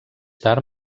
tard